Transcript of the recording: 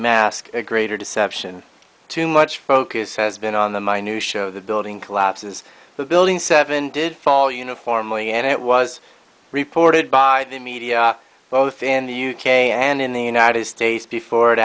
mask a greater deception too much focus has been on the minute show the building collapses the building seven did fall uniformly and it was reported by the media both in the u k and in the united states before it